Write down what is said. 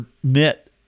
permit